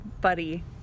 Buddy